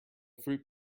fruit